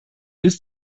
bis